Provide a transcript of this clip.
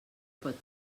pot